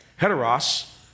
Heteros